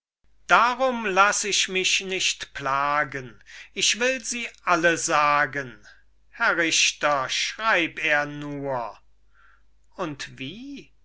darum laß ich mich nicht plagen ich will sie alle sagen herr richter schreib er nur und wie